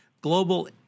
Global